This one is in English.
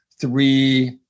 three